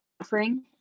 offering